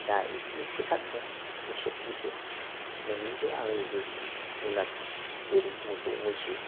जा इसे फोथार दं गुसेब गुसेब नोंनिबो आंनिबो जुनार जेरै मोसौ मैसो